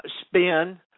spin